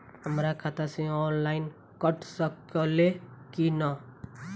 हमरा खाता से लोन ऑनलाइन कट सकले कि न?